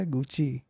Gucci